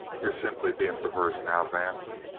you're simply being perverse now, vance.